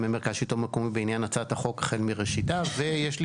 מרכז השלטון המקומי בעניין הצעת החוק החל מראשיתה ויש לי